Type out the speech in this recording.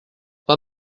pas